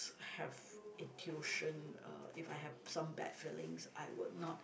have intuition uh if I have some bad feelings I would not